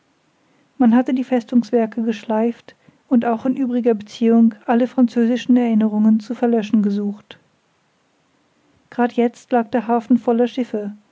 man hatte die festungswerke geschleift und auch in übriger beziehung alle französischen erinnerungen zu verlöschen gesucht grad jetzt lag der hafen voller schiffe